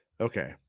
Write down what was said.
Okay